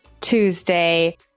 Tuesday